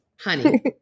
Honey